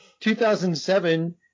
2007